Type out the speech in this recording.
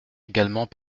également